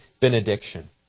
benediction